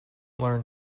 learn